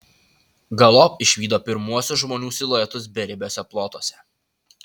galop išvydo pirmuosius žmonių siluetus beribiuose plotuose